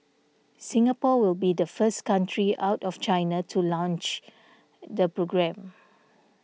Singapore will be the first country out of China to launch the programme